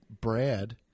Brad